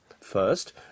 First